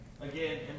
Again